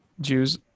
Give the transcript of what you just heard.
Jews